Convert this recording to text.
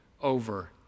over